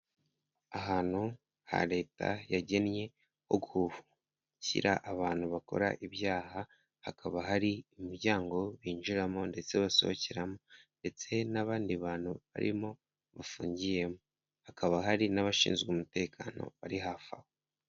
Ahantu ha leta yagennye hofungira abantu bakora ibyaha hakaba hari imiryango binjiramo ndetse basohokeramo ndetse n'abandi bantu barimo bafungiyemo, hakaba hari n'abashinzwe umutekano bari hafi aho.